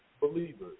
believers